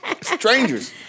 Strangers